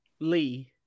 Lee